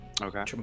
Okay